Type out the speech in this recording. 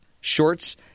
shorts